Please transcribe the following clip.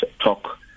talk